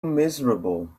miserable